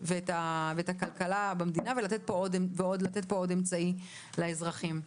ואת הכלכלה במדינה ולתת פה עוד אמצעי לאזרחים.